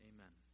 Amen